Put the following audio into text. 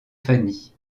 fanny